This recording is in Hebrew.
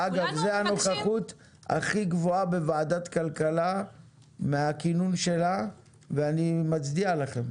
זו הנוכחות הכי גבוהה בוועדת כלכלה מהכינון שלה ואני מצדיע לכם,